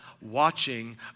watching